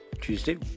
Tuesday